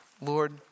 Lord